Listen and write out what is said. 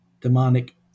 demonic